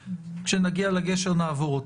זה שבאמת תהיה להם נגישות מבחינת איזה דרכי פעולה להורות,